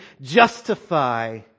justify